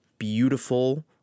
Beautiful